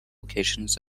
locations